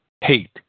hate